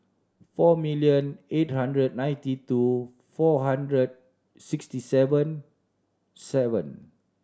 four million eight hundred ninety two four hundred sixty seven seven